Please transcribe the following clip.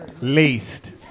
least